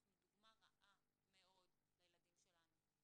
אנחנו דוגמה רעה מאוד לילדים שלנו.